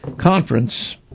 Conference